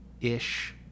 ish